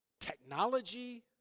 technology